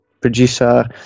producer